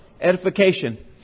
Edification